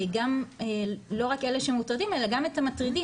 גם לא רק אלה שמוטרדים אלא גם את המטרידים,